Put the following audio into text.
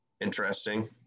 interesting